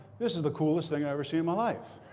this is the coolest thing i've ever seen in my life.